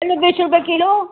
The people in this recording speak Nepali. आलु बिस रुप्पे किलो